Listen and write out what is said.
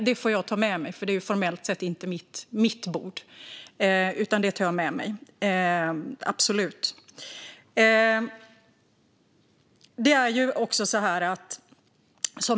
Det får jag ta med eftersom den formellt sett inte ligger på mitt bord.